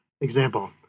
example